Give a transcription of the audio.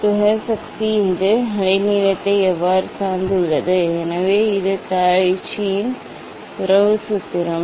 சிதறல் சக்தி இது அலைநீளத்தை எவ்வாறு சார்ந்துள்ளது எனவே இது க uch ச்சியின் உறவு சூத்திரம்